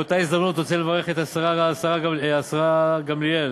בהזדמנות זו אני רוצה לברך את השרה גילה גמליאל,